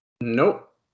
Nope